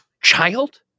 child